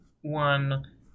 one